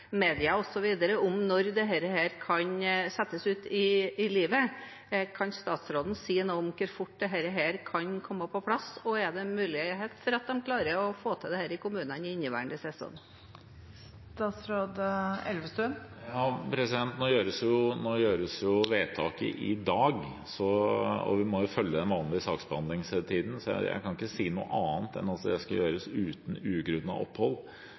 media, osv. om når dette kan settes ut i livet. Kan statsråden si noe om hvor fort dette kan komme på plass, og er det mulig at man klarer å få til dette i kommunene i inneværende sesong? Nå gjøres vedtaket i dag, og vi må følge den vanlige saksbehandlingstiden, så jeg kan ikke si noe annet enn at dette skal gjøres uten ugrunnet opphold,